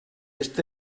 este